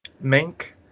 Mink